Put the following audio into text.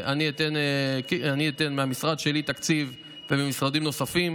אני אתן מהמשרד שלי תקציב ויובא ממשרדים נוספים